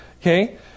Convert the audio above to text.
okay